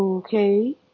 Okay